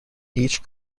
each